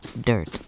dirt